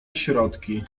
środki